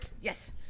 Yes